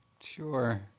Sure